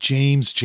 James